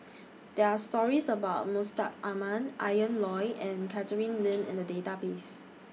There Are stories about Mustaq Ahmad Ian Loy and Catherine Lim in The Database